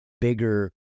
bigger